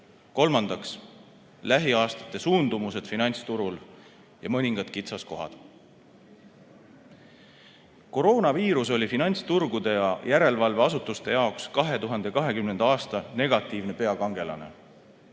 Kolmandaks, lähiaastate suundumused finantsturul ja mõningad kitsaskohad. Koroonaviirus oli finantsturgude ja järelevalveasutuste jaoks 2020. aasta negatiivne peakangelane.